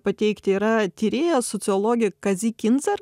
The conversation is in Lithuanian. pateikti yra tyrėja sociologė kazi kinzer